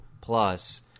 plus –